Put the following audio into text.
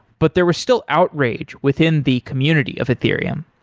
but there were still outrage within the community of ethereum.